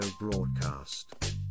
broadcast